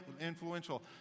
influential